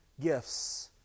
gifts